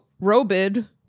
Robid